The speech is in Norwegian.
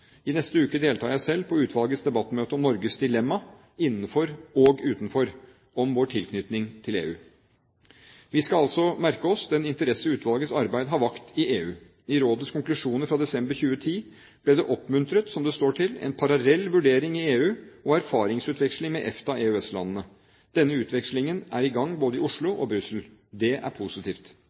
I neste uke deltar jeg selv på utvalgets debattmøte om «Utenfor eller innenfor? Norges europeiske dilemma», om vår tilknytning til EU. Vi skal også merke oss den interesse utvalgets arbeid har vakt i EU. I rådets konklusjoner fra desember 2010 ble det oppmuntret – som det står – til en parallell vurdering i EU og erfaringsutveksling med EFTA/EØS-landene. Denne utvekslingen er i gang både i Oslo og i Brussel. Det er positivt.